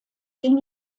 ging